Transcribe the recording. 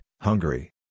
Hungary